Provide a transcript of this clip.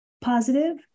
positive